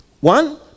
One